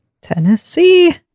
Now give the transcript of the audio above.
Tennessee